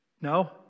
No